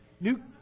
new